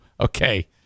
Okay